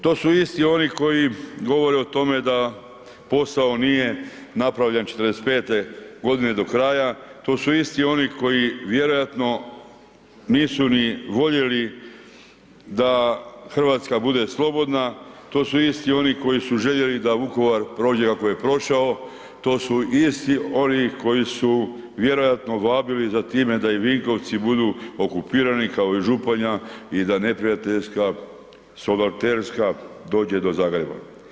To su isti oni koji govore o tome da posao nije napravljen '45.-te godine do kraja, to su isti oni koji vjerojatno nisu ni voljeni da RH bude slobodna, to su isti oni koji su željeli da Vukovar prođe kako je prošao, to su isti oni koji su vjerojatno vabili za time da i Vinkovci budu okupirani, kao i Županja i da neprijateljska saboterska dođe do Zagreba.